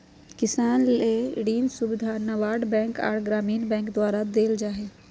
किसान ले ऋण सुविधा नाबार्ड बैंक आर ग्रामीण बैंक द्वारा देल जा हय